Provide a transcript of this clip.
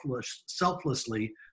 selflessly